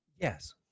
Yes